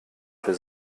für